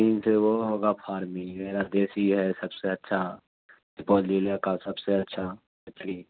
تین سے وہ ہوگا فارمنگ میرا دیسی ہے سب سے اچھاسپول ضلع کا سب سے اچھا مچھلی